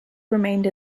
remained